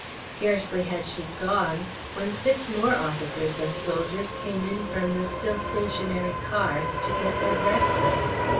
scarcely had she gone when six more officers and soldiers came in from the still stationary cars to get their breakfast.